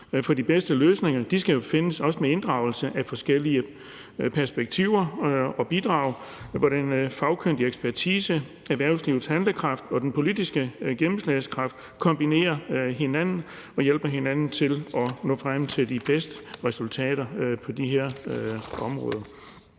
de bedste løsninger skal jo findes, også med inddragelse af forskellige perspektiver og bidrag, og med den fagkyndige ekspertise, erhvervslivets handlekraft og den politiske gennemslagskraft i kombination hjælper man hinanden til at nå frem til de bedste resultater på det her område.